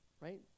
right